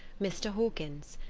mr. hawkins.